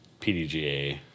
PDGA